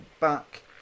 back